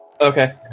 Okay